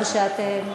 או שאתם,